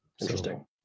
interesting